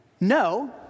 no